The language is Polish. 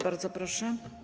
Bardzo proszę.